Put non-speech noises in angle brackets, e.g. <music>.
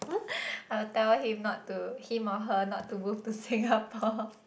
<laughs> I will tell him not to him or her not to move to Singapore